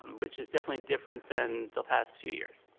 which is definitely different than the past few years.